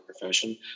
profession